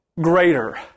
greater